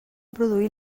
produir